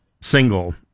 single